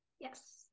Yes